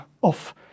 off